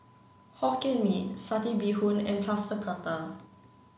Hokkien Mee Satay Bee Hoon and Plaster Prata